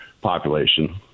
population